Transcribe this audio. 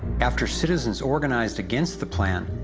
after citizens organized against the plan,